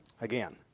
Again